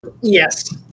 Yes